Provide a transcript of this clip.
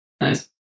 Nice